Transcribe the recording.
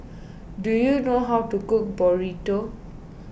do you know how to cook Burrito